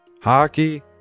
hockey